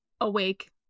awake